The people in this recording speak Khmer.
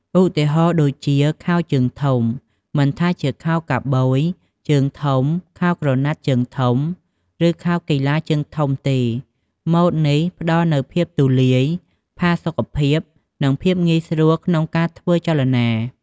ឧទាហរណ៍ដូចជា ខោជើងធំ មិនថាជាខោកាប៊យជើងធំ ខោក្រណាត់ជើងធំ ឬខោកីឡាជើងធំទេ ម៉ូដនេះផ្ដល់នូវភាពទូលាយ ផាសុកភាព និងភាពងាយស្រួលក្នុងការធ្វើចលនា។